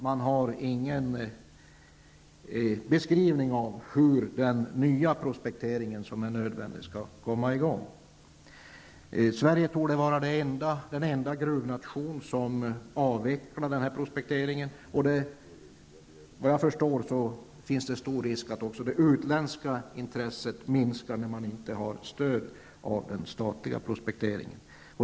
Man har dock ingen beskrivning av hur den nya prospektering som är nödvändig skall komma i gång. Sverige torde vara den enda gruvnation som avvecklar denna prospektering, och vad jag förstår finns det stor risk för att också det utländska intresset minskar, när man inte har stöd av den statliga prospekteringen.